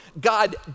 God